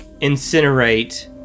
incinerate